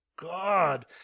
God